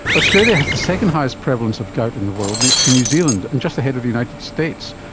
australia has the second highest prevalence of gout in the world next to new zealand, and just ahead of the united states,